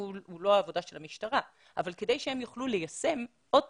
הוא לא עבודה של המשטרה אבל כדי שהם יוכלו ליישם שוב,